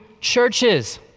churches